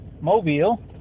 Mobile